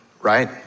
Right